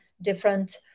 different